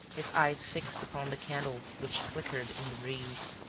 his eyes fixed upon the candle which flickered in the breeze.